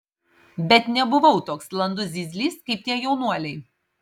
bet nebuvau toks landus zyzlys kaip tie jaunuoliai